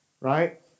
right